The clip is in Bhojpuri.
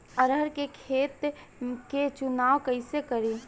अरहर के खेत के चुनाव कईसे करी?